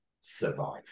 survive